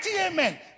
amen